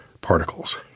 particles